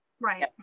Right